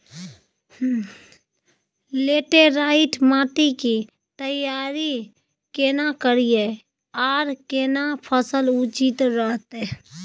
Laterite माटी की तैयारी केना करिए आर केना फसल उचित रहते?